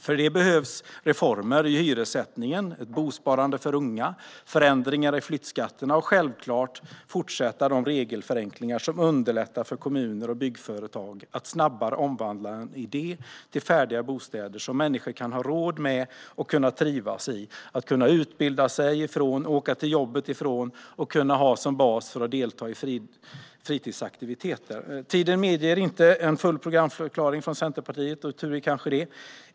För detta behövs reformer i hyressättningen, ett bosparande för unga, förändringar i flyttskatterna och självklart fortsatta regelförenklingar som underlättar för kommuner och byggföretag att snabbare omvandla en idé till färdiga bostäder som människor kan ha råd med och trivas i - en bas för att kunna utbilda sig, åka till jobbet och delta i fritidsaktiviteter. Tiden medger inte en full programförklaring från Centerpartiet, och tur är kanske det.